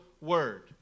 word